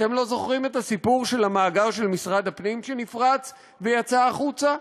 אתם לא זוכרים את הסיפור של המאגר של משרד הפנים שנפרץ ויצא החוצה?